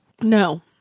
No